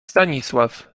stanisław